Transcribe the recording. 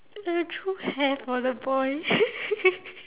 I drew hair for the boy